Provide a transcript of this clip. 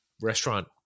restaurant